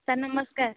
sir ନମସ୍କାର